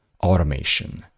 automation